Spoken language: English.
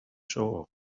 saw